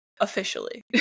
officially